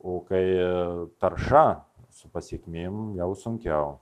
o kai tarša su pasekmėm sunkiau